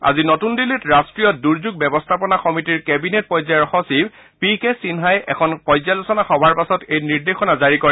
আজি নতুন দিল্লীত ৰাষ্ট্ৰীয় দুৰ্যোগ ব্যৱস্থাপনা সমিতিৰ কেবিনেট পৰ্যায়ৰ সচিব পি কে সিন্হাই এখন পৰ্যালোচনা সভাৰ পাছত এই নিৰ্দেশনা জাৰি কৰে